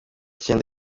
icyenda